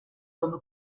comme